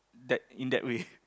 that in that way